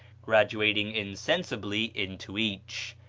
graduating insensibly into each.